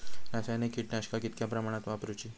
रासायनिक कीटकनाशका कितक्या प्रमाणात वापरूची?